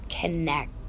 connect